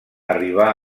arribà